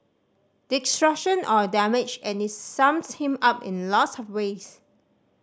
destruction or damage and it sums him up in lots of ways